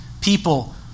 People